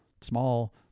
small